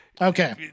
Okay